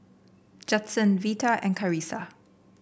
Judson Vita and Carisa